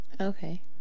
Okay